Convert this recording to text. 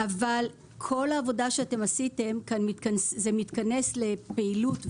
אבל כל העבודה שעשיתם כשהיא מתכנסת לפעילות,